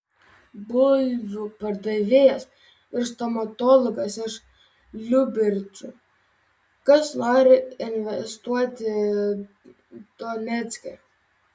bulvių pardavėjas ir stomatologas iš liubercų kas nori investuoti donecke